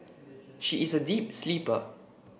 she is a deep sleeper